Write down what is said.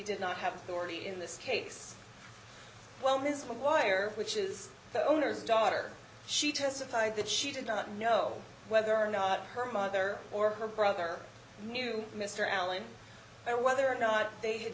did not have to worry in this case well ms maguire which is the owner's daughter she testified that she did not know whether or not her mother or her brother knew mr allen there whether or not they had